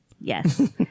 Yes